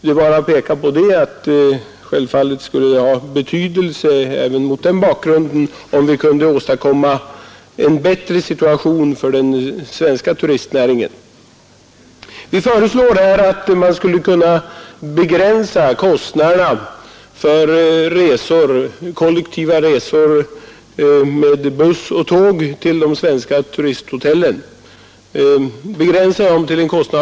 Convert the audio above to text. Det räcker om jag säger att självfallet skulle det ha betydelse även mot den bakgrunden om vi kunde åstadkomma en bättre situation för den svenska turistnäringen. Vi föreslår att man skall begränsa kostnaden till 50 kronor vid kollektiva resor med buss och tåg till de svenska turisthotellen.